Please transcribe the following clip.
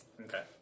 Okay